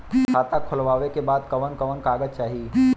खाता खोलवावे बादे कवन कवन कागज चाही?